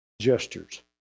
gestures